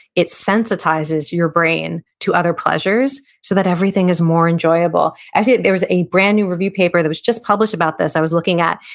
it sensitizes your brain to other pleasures so that everything is more enjoyable. actually, there was a brand-new review paper that was just published about this i was looking at,